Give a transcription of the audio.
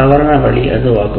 தவறான வழியாகும்